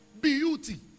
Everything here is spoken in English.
Beauty